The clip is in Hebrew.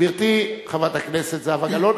גברתי חברת הכנסת זהבה גלאון,